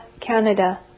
Canada